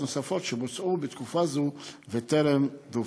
נוספות שבוצעו בתקופה זו וטרם דווחו".